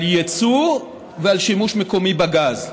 על יצוא ועל שימוש מקומי בגז.